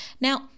Now